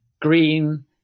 green